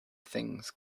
things